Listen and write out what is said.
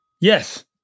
Yes